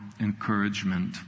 encouragement